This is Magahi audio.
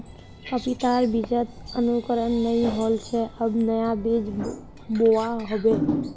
पपीतार बीजत अंकुरण नइ होल छे अब नया बीज बोवा होबे